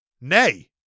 nay